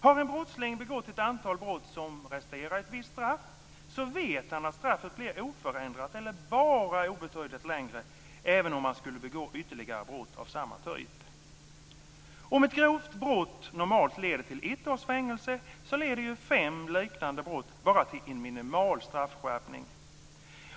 Har en brottsling begått ett antal brott som renderar ett visst straff, vet han att straffet blir oförändrat eller bara obetydligt längre även om han skulle begå ytterligare brott av samma typ. Om ett grovt brott normalt leder till ett års fängelse, så leder fem liknande brott till bara en minimal straffskärpning.